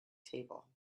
table